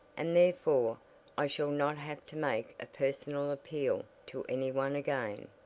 and therefore i shall not have to make a personal appeal to any one again,